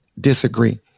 disagree